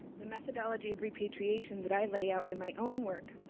the methodology of repatriation that i lay out in my own work